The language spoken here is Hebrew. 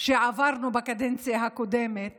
שעברנו בקדנציה הקודמת